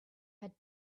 had